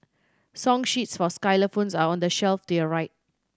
song sheets for xylophones are on the shelf to your right